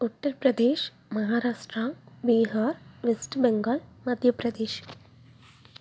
Uttar Pradesh Maharashtra Bihar West Bengal Madhya Pradesh